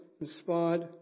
inspired